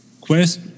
quest